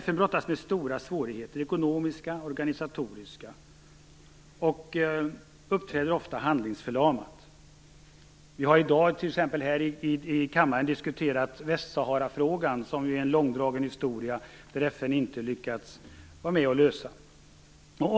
FN brottas med stora ekonomiska och organisatoriska svårigheter och uppträder ofta handlingsförlamat. Vi har t.ex. i dag i kammaren diskuterat Västsaharafrågan. Det är ju en långdragen historia, och FN har inte lyckats vara med och lösa problemet.